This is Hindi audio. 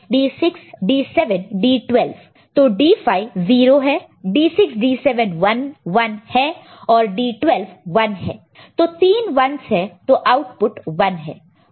D 5 D 6 D 7 D 12 तो D5 0 है D6 D7 1 1 है और D12 1 है तो तीन 1's है तो आउटपुट 1 है